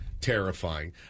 terrifying